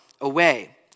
away